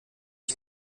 ich